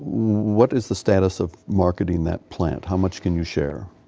what is the status of marketing that plant? how much can you share?